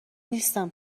نیستم